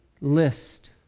list